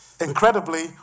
Incredibly